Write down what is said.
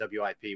WIP